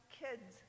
kids